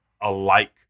alike